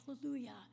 hallelujah